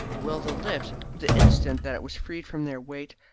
while the lift, the instant that it was freed from their weight,